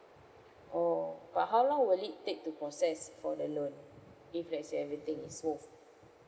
oh but how long will it take to process for the loan if let's say everything is smooth